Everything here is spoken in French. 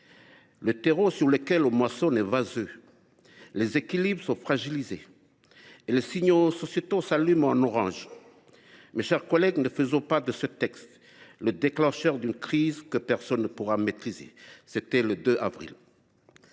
Le terreau sur lequel on moissonne est vaseux, les équilibres sont fragilisés et les signaux sociétaux s’allument en orange. Mes chers collègues, ne faisons pas de ce texte le déclencheur d’une crise que personne ne pourra maîtriser. » En effet, la